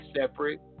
separate